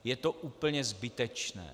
Je to úplně zbytečné.